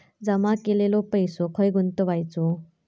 जमा केलेलो पैसो खय गुंतवायचो?